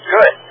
Good